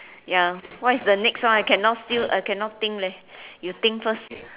ya what is the next one I cannot still I cannot think leh you think first